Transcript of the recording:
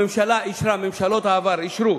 הממשלה אישרה, ממשלות העבר אישרו,